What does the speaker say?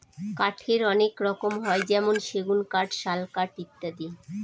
কাঠের অনেক রকম হয় যেমন সেগুন কাঠ, শাল কাঠ ইত্যাদি